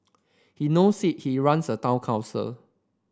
he knows it he runs a town council